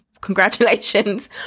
congratulations